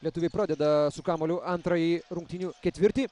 lietuviai pradeda su kamuoliu antrąjį rungtynių ketvirtį